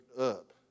up